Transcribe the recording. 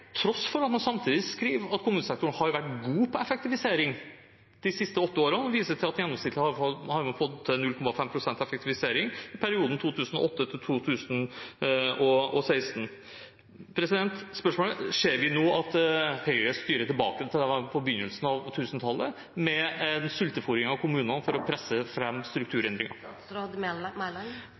tross for at man samtidig skriver at kommunesektoren har vært god på effektivisering de siste åtte årene, og viser til at man de siste årene gjennomsnittlig har fått til 0,5 pst. effektivisering i perioden 2008–2016. Spørsmålet er: Ser vi nå at Høyre styrer tilbake dit man var på begynnelsen av tusentallet – med en sultefôring av kommunene for å presse fram strukturendringer?